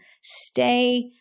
Stay